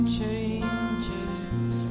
changes